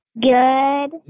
Good